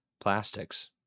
plastics